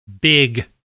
big